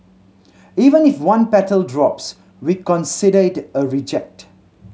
even if one petal drops we consider it a reject